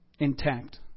Intact